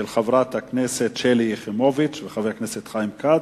של חברת הכנסת שלי יחימוביץ וחבר הכנסת חיים כץ.